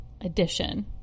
edition